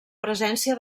presència